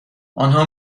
آنها